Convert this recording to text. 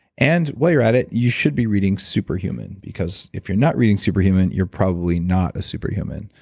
and while you're at it, you should be reading super human, because if you're not reading super human, you're probably not a super human.